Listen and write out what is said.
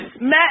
Matt